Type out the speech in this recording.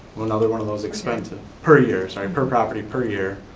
another one of those expenses per year, sorry, per property, per year.